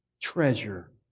treasure